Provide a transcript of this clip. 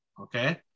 Okay